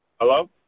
Hello